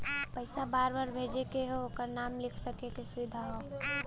पइसा बार बार भेजे के हौ ओकर नाम लिख सके क सुविधा हौ